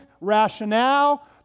rationale